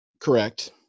correct